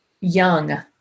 young